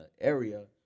area